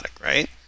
right